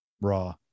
raw